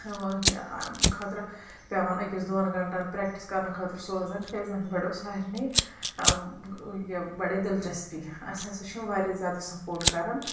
ہیٚوان امہِ خٲطرٕ پیٚوان أکِس دۄن گھنٹن پریکٹس کرنہٕ خٲطرٕ سوزان کیاز وۄنۍ بڑیٚو سارنٕے یہِ بڑے دلچسپی اسہِ ہسا چھِ واریاہ زیادٕ سپورٹ کران